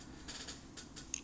ya